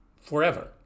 forever